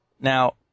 Now